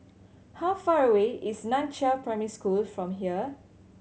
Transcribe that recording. how far away is Nan Chiau Primary School from here